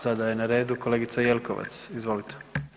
Sada je na redu kolegica Jelkovac, izvolite.